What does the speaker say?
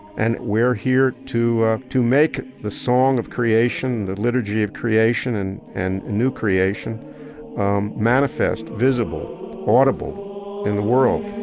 and we're here to ah to make the song of creation, the liturgy of creation, and and new creation um manifest, visible, audible in the world